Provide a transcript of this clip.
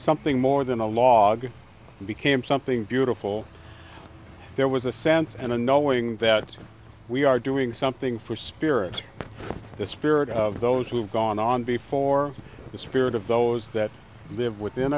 something more than a log became something beautiful there was a sense and a knowing that we are doing something for spirit the spirit of those who have gone on before the spirit of those that live within